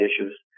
issues